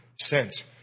sent